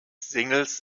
singles